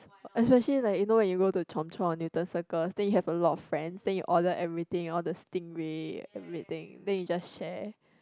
s~ especially like you know when you go to chomp-chomp or Newton Circus then you have a lot of friends then you order everything all the stingray everything then you just share